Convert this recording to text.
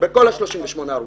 לגבי 38 ההרוגים.